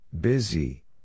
Busy